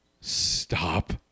Stop